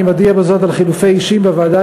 אני מודיע בזאת על חילופי אישים בוועדה